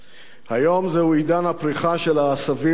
היום זהו עידן הפריחה של העשבים השוטים,